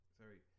sorry